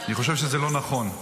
אני חושב שזה לא נכון.